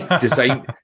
design